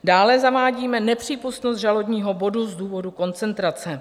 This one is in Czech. Dále zavádíme nepřípustnost žalobního bodu z důvodu koncentrace.